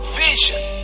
vision